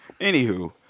Anywho